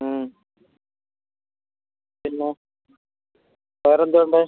ഉം പിന്നെ വേറെ എന്താണ് വേണ്ടത്